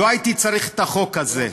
לא הייתי צריך את החוק הזה.